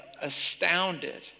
astounded